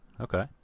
Okay